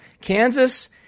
Kansas